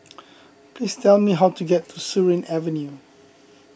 please tell me how to get to Surin Avenue